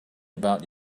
about